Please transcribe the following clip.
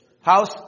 House